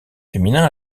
féminins